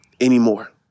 anymore